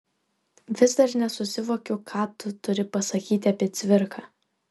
vis dar nesusivokiu ką tu nori pasakyti apie cvirką